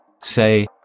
say